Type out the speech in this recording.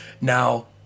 Now